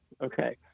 okay